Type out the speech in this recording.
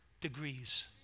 degrees